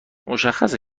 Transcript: مشخصه